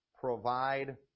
provide